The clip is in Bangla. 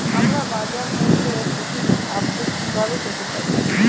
আমরা বাজারমূল্যের প্রতিদিন আপডেট কিভাবে পেতে পারি?